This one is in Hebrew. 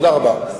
תודה רבה.